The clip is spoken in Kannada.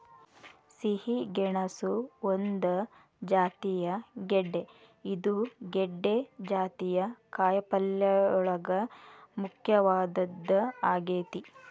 ಸಿಹಿ ಗೆಣಸು ಒಂದ ಜಾತಿಯ ಗೆಡ್ದೆ ಇದು ಗೆಡ್ದೆ ಜಾತಿಯ ಕಾಯಪಲ್ಲೆಯೋಳಗ ಮುಖ್ಯವಾದದ್ದ ಆಗೇತಿ